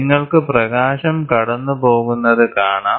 നിങ്ങൾക്ക് പ്രകാശം കടന്നുപോകുന്നത് കാണാം